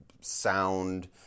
sound